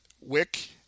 Wick